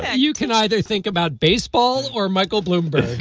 you can either think about baseball or michael bloomberg